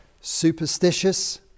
superstitious